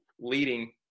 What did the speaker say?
leading